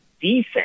defense